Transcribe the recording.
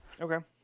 Okay